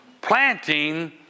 planting